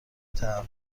تحقق